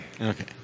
Okay